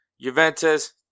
Juventus